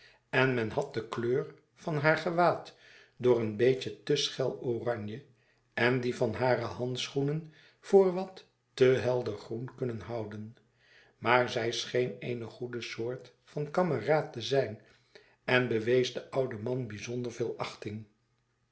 en men had de kleur van haar gewaad voor een beetje te schel oranje en die van hare handschoenen voor wat te helder groen kunnen houden maar zy scheen eene goede soort van kameraad te zyn en bewees den ouden man bijzonder veel achting